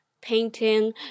painting